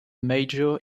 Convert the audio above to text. major